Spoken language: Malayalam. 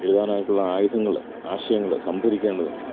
എഴുതാനായിട്ടുള്ള ആയുധങ്ങള് ആശയങ്ങള് സംഭരിക്കേണ്ടതുണ്ട്